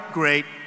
great